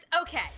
Okay